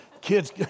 kid's